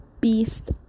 beast